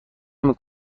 نمی